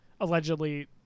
allegedly